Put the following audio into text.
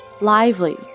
Lively